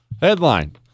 Headline